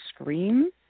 Scream